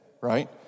right